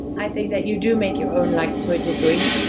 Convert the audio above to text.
i think that you do make your own luck to a degree,